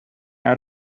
out